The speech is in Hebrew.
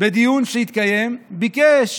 בדיון שהתקיים היום, ביקש